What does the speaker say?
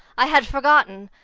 i had forgotten.